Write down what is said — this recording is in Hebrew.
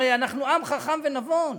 הרי אנחנו עם חכם ונבון.